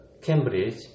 Cambridge